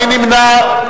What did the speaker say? מי נמנע?